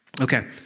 Okay